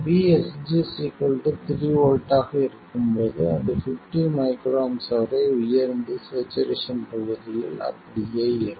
VSG 3 V ஆக இருக்கும்போது அது 50 µA வரை உயர்ந்து ஸ்சேச்சுரேசன் பகுதியில் அப்படியே இருக்கும்